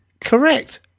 Correct